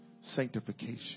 sanctification